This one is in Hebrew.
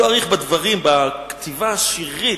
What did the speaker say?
לא אאריך בדברים, בכתיבה השירית,